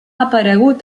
aparegut